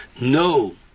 no